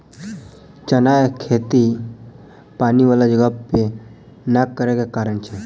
चना केँ खेती पानि वला जगह पर नै करऽ केँ के कारण छै?